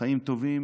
חיים טובים